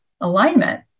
alignment